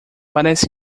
parece